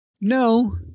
No